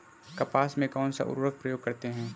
कपास में कौनसा उर्वरक प्रयोग करते हैं?